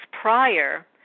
prior